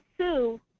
sue